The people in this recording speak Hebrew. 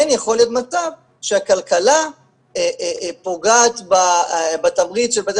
כן יכול להיות מצב שהכלכלה פוגעת בתמריץ של בתי